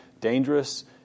dangerous